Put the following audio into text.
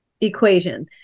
equation